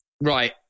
right